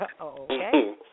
Okay